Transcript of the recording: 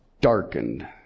darkened